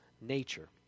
nature